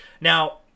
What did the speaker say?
Now